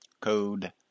Code